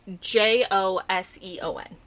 J-O-S-E-O-N